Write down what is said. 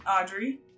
Audrey